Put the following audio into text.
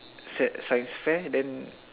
sci~ science fair then